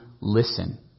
listen